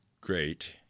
great